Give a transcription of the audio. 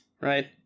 right